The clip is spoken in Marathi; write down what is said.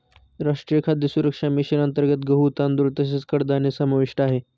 राष्ट्रीय खाद्य सुरक्षा मिशन अंतर्गत गहू, तांदूळ तसेच कडधान्य समाविष्ट आहे